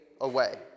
away